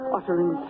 Uttering